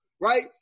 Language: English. right